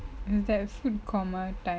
that food coma time